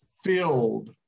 filled